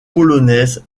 polonaise